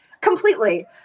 completely